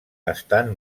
estan